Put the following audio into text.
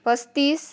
पस्तीस